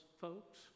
folks